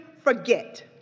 forget